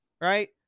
right